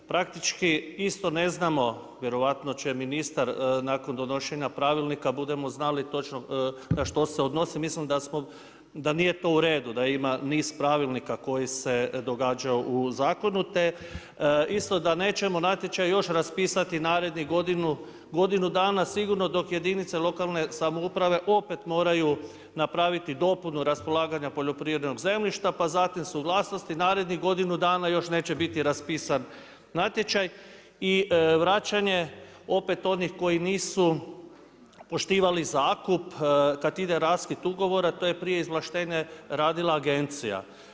Praktički isto ne znamo, vjerojatno će ministar nakon donošenja pravilnika, budemo znali točno na što se odnosi, mislim da nije to u redu da ima niz pravilnika koji se događa u zakonu te isto da nećemo natječaj još raspisati narednih godinu dana sigurno dok jedinice lokalne samouprave opet moraju napraviti dopunu raspolaganja poljoprivrednog zemljišta pa zatim suglasnosti narednih godinu dana još neće biti raspisan natječaj i vraćanje opet onih koji nisu poštovali zakup kad ide raskid ugovora, to je prije izvlaštenje radila agencija.